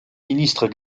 ministre